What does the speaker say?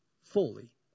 fully